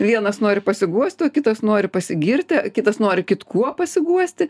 vienas nori pasiguosti o kitas nori pasigirti kitas nori kitkuo pasiguosti